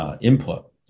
Input